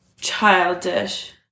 childish